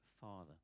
Father